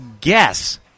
guess